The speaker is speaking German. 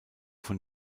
von